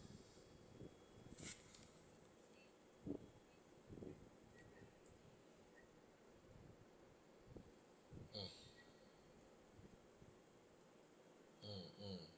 mm mmhmm